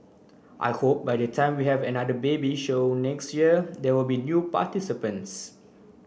I hope by the time we have another baby show next year there will be new participants